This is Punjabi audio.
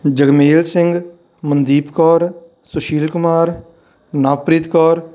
ਜਗਮੇਲ ਸਿੰਘ ਮਨਦੀਪ ਕੌਰ ਸੁਸ਼ੀਲ ਕੁਮਾਰ ਨਵਪ੍ਰੀਤ ਕੌਰ